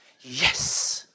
Yes